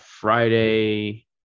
Friday